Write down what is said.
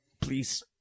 Please